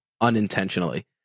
unintentionally